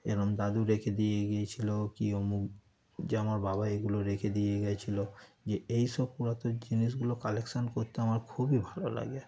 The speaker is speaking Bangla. এরকম দাদু রেখে দিয়ে গিয়েছিল কি অমুক যে আমার বাবা এগুলো রেখে দিয়ে গিয়েছিল যে এইসব পুরাতন জিনিসগুলো কালেকশন করতে আমার খুবই ভালো লাগে